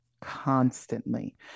constantly